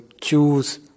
choose